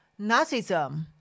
Nazism